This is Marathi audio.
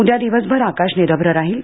उद्या दिवसभर आकाश निरभ्र राहील